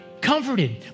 comforted